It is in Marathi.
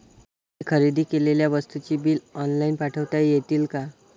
मी खरेदी केलेल्या वस्तूंची बिले ऑनलाइन पाठवता येतील का?